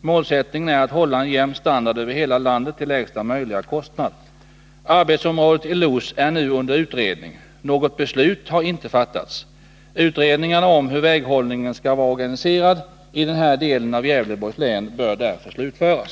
Målsättningen är att hålla en jämn standard över hela landet till lägsta möjliga kostnad. Arbetsområdet i Los är nu under utredning. Något beslut har inte fattats. Utredningarna om hur väghållningen skall vara organiserad i den här delen av Gävleborgs län bör därför slutföras.